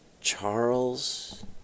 Charles